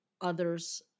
others